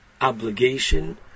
obligation